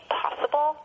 possible